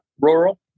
rural